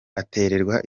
aterwa